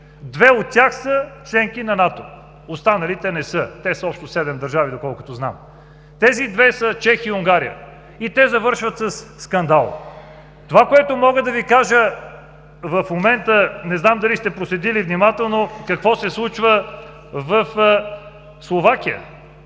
две от тях са членки на НАТ, останалите не са. Общо седем държави са, доколкото знам. Тези две са Чехия и Унгария и те завършват със скандал! Това, което мога да Ви кажа, в момента не знам дали сте проследили внимателно какво се случва в Словакия.